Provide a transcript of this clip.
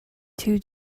two